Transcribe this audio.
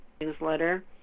newsletter